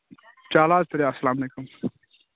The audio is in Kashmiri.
چلو حظ تیٚلہِ اسلامُ علیکُم